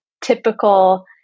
typical